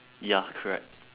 ya correct